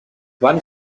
van